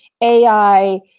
AI